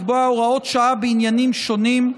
לקבוע הוראות שעה בעניינים שונים.